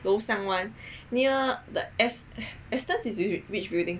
楼上 [one] near the as~ Astons is in which building